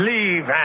Leave